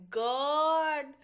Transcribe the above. god